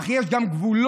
אך יש גם גבולות.